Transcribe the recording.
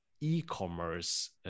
e-commerce